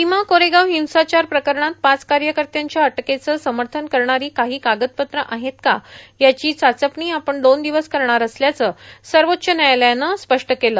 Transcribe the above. भीमा कोरेगाव हिंसाचार प्रकरणात पाच कार्यकर्त्याच्या अटकेचं समर्थन करणारी काही कागदपत्रं आहेत कां याची चाचपणी आपण दोन दिवस करणार असल्याचं सर्वोच्च व्यायालयानं काल स्पष्ट केलं